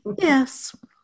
Yes